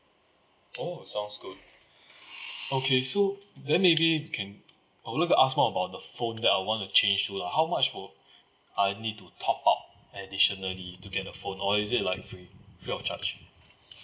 oh sounds good okay so then maybe you can I would like to ask more about the phone that I want to change to phone how much will I need to top up additionally to get the phone or is it like free free of charge